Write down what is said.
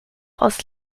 aus